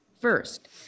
First